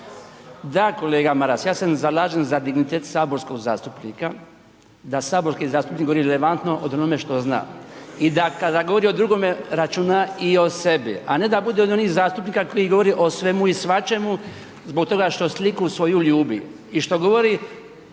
Da kolega Maras, za je zalažem za dignitet saborskog zastupnika da saborski zastupnik govori relevantno o onome što zna i da kada govorimo drugome računa i o sebi a ne da bude od onih zastupnika koji govori o svemu i svačemu zbog toga što sliku svoju ljubi i što govori